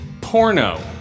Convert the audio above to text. porno